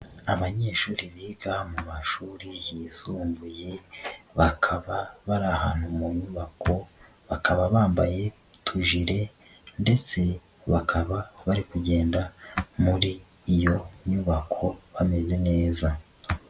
Abanyeshuri biga mu mashuri yisumbuye bakaba bari ahantu mu nyubako, bakaba bambaye utujire ndetse bakaba bari kugenda muri iyo nyubako bameze neza.